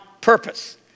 purpose